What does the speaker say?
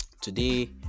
today